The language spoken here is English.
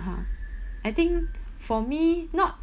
(uh huh) I think for me not